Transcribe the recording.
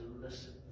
listen